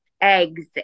eggs